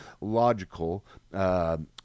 logical